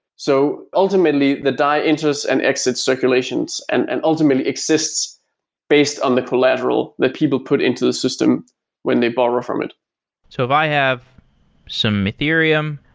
so ultimately, the dai enters and exits circulations and and ultimately exists based on the collateral that people put into the system when they borrow from it so if i have some ethereum,